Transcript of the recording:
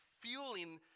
fueling